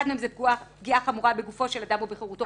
אחד מהם זה "פגיעה חמורה בגופו של אדם או בחירותו".